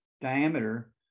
diameter